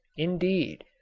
indeed,